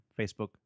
Facebook